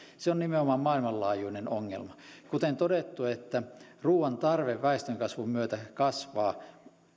se on nimenomaan maailmanlaajuinen ongelma kuten todettu ruuan tarve väestönkasvun myötä kasvaa